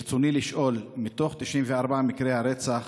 רצוני לשאול: 1. מתוך 94 מקרי הרצח